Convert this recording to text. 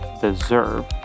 deserve